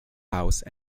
house